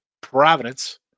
Providence